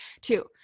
Two